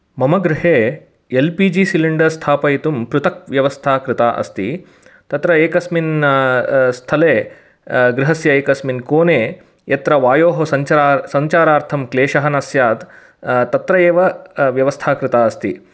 मम गृहे L P G cylinder स्थापयितुं पृथक् व्यवस्था कृता अस्ति तत्र एकस्मिन् स्थले गृहस्य एकस्मिन् कोने यत्र वायोः सञ्चारार्थं क्लेशः न स्यात् तत्र एव व्यवस्था कृता अस्ति